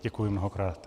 Děkuji mnohokrát.